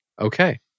Okay